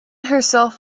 herself